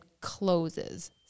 closes